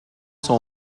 sont